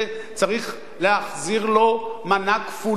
צריך להחזיר לו מנה כפולה,